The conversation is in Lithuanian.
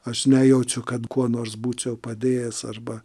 aš nejaučiu kad kuo nors būčiau padėjęs arba